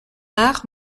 art